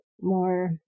more